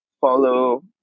follow